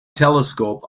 telescope